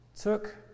took